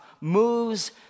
moves